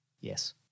Yes